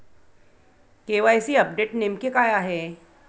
KYC update नेमके काय आहे?